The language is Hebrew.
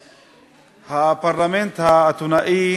הכנסת, הפרלמנט האתונאי